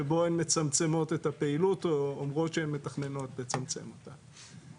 שבו הן מצמצמות את הפעילות או אומרות שהן מתכננות לצמצם אותה.